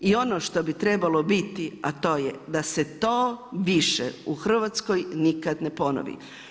I ono što bi trebalo biti a to je da se to više u Hrvatskoj nikada ne ponovi.